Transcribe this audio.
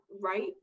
right